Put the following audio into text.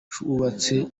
cyubatse